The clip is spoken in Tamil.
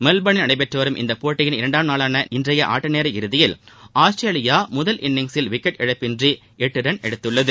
மெல்போ்னில் நடைபெற்று வரும் இப்போட்டியின் இரண்டாம் நாளான இன்றைய ஆட்டநேர இறுதியில் ஆஸ்திரேலியா முதல் இன்னிங்ஸில் விக்கெட் இழப்பின்றி எட்டு ரன் எடுத்துள்ளது